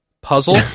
Puzzle